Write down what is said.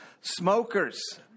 Smokers